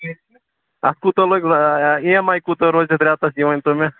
اَتھ کوٗتاہ لَگہِ اِی ایم آے کوٗتاہ روزِ اَتھ رٮ۪تس یہِ ؤنۍتو مےٚ